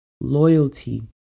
loyalty